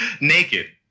naked